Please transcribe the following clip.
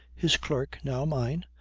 his clerk, now mine,